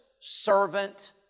servant